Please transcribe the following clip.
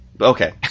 Okay